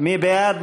מי בעד?